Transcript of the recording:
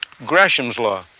gresham's law,